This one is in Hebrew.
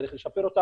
צריך לשפר אותן,